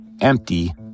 empty